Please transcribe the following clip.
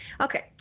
Okay